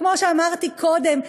כמו שאמרתי קודם,